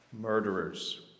Murderers